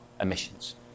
emissions